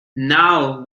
now